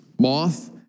moth